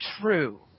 true